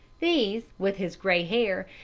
these, with his gray hair,